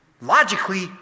Logically